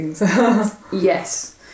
Yes